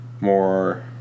more